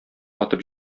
атып